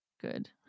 Good